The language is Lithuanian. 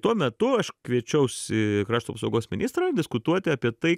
tuo metu aš kviečiausi krašto apsaugos ministrą diskutuoti apie tai